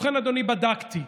ובכן, אדוני, בדקתי.